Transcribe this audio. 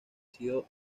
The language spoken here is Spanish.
sido